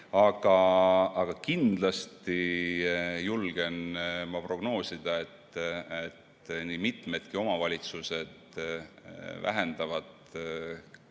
Aga kindlasti julgen prognoosida, et nii mitmedki omavalitsused vähendavad neid